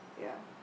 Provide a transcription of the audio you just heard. ya